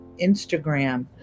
Instagram